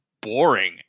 boring